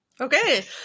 Okay